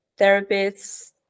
therapists